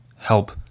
Help